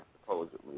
supposedly